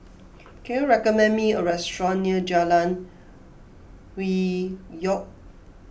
can you recommend me a restaurant near Jalan Hwi Yoh